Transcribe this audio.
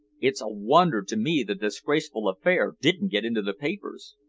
it's a wonder to me the disgraceful affair didn't get into the papers.